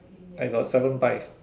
I got seven pies